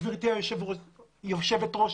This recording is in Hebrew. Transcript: גברתי היושבת ראש,